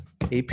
AP